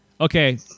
Okay